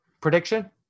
Prediction